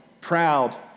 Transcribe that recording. proud